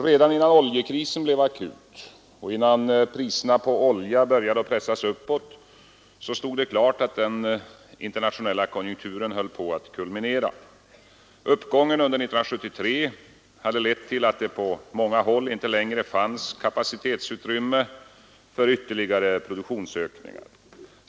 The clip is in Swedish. Redan innan oljekrisen blev akut och priserna på olja började att pressas uppåt stod det klart att den internationella konjunkturen höll på att kulminera. Uppgången under 1973 hade lett till att det på många håll inte längre fanns kapacitetsutrymme för ytterligare produktionsökningar.